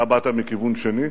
אתה באת מכיוון שני,